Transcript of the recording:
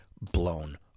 blown